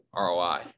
ROI